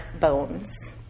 bones